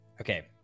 okay